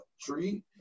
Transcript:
tree